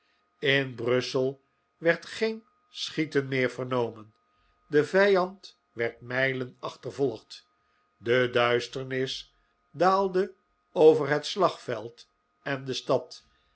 in brussel werd geen schieten meer vernomen de vijand werd mijlen achtervolgd de duisternis daalde over het slagveld en de stad